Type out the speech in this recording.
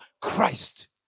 Christ